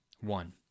One